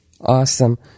awesome